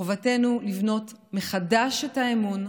חובתנו לבנות מחדש את האמון,